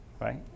right